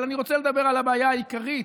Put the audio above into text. אבל אני רוצה לדבר על הבעיה העיקרית,